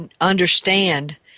understand